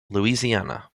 louisiana